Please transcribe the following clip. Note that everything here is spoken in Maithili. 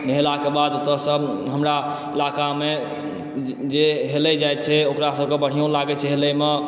नहेला के बाद ओतए सँ हमरा ईलाका मे जे हेलै जाइ छै ओकरा सबके बढियो लागै छै हेलैमे